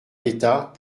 d’état